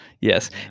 Yes